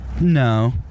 No